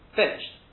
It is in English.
finished